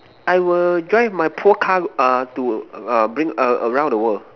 I will drive my poor car uh to uh bring uh around the world